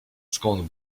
skąd